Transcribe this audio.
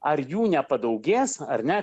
ar jų nepadaugės ar ne